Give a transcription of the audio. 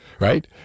right